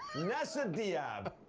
nessa diab.